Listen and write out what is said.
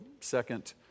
second